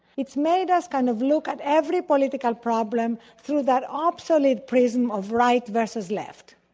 it's made us kind of look at every political problem through that obsolete prism of right versus left.